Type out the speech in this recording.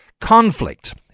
conflict